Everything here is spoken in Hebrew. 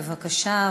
בבקשה,